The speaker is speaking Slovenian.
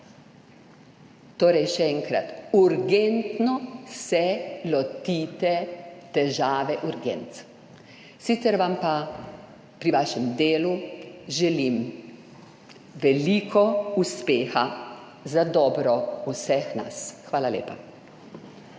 Torej še enkrat, urgentno se lotite težave urgenc. Sicer vam pa pri vašem delu želim veliko uspeha za dobro vseh nas. Hvala lepa.